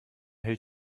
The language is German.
hält